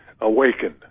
awakened